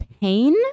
pain